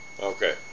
Okay